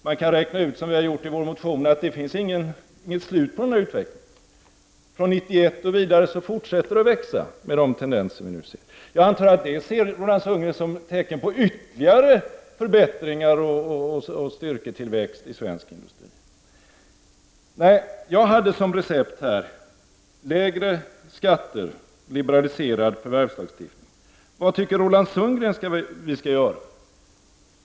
Man kan räkna ut, som vi har gjort i vår motion, att det inte finns något slut på denna utveckling. Från 1991 och framåt fortsätter det att växa, med de tendenser som vi nu ser. Jag antar att Roland Sundgren ser det som ett tecken på ytterligare förbättringar och styrketillväxt i svensk industri. Mitt recept lyder: Lägre skatter, liberaliserad förvärvslagstiftning. Vad tycker Roland Sundgren att vi skall göra?